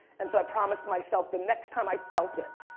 and so i promised myself the next time i felt it,